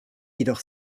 jedoch